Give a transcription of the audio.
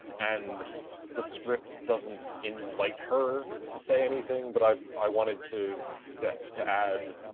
and the script doesn't invite her to say anything, but i i wanted to to to add,